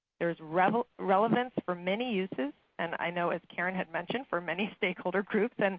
there's relevance relevance for many uses. and i know, as caren had mentioned, for many stakeholder groups. and